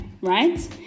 right